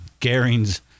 Garing's